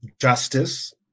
justice